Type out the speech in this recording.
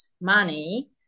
money